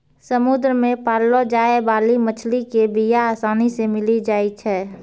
समुद्र मे पाललो जाय बाली मछली के बीया आसानी से मिली जाई छै